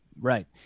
Right